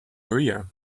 area